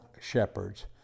shepherds